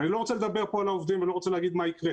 אני לא רוצה לדבר כאן על העובדים ולא רוצה לומר מה יקרה.